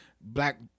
Black